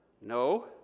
No